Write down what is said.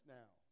now